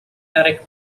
eric